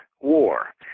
War